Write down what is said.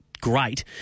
great